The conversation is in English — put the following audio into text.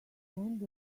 end